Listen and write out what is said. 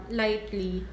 lightly